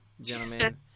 gentlemen